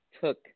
took